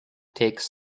takes